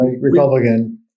Republican